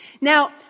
Now